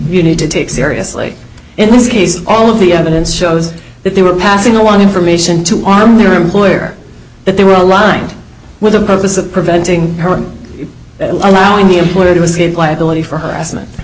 you need to take seriously in this case all of the evidence shows that they were passing on information to arm their employer that they were aligned with the purpose of preventing allowing the employer to escape liability for harassment